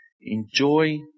Enjoy